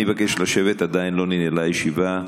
אני מבקש לשבת, עדיין לא ננעלה הישיבה.